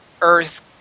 earth